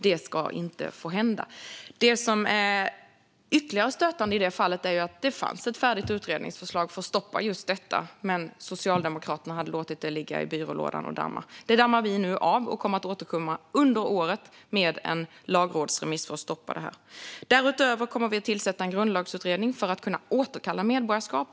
Det ska inte få hända. Något som är ytterligare stötande i det fallet är att det fanns ett färdigt utredningsförslag för att stoppa just detta. Men Socialdemokraterna hade låtit det ligga i byrålådan och damma. Vi dammar nu av det och kommer under året att återkomma med en lagrådsremiss för att stoppa detta. Därutöver kommer vi att tillsätta en grundlagsutredning för att kunna återkalla medborgarskap.